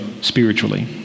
spiritually